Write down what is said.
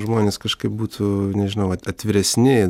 žmonės kažkaip būtų nežinau atviresni